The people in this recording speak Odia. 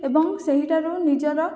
ଏବଂ ସେହିଠାରୁ ନିଜର